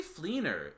Fleener